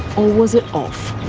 or was it off?